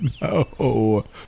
No